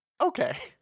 Okay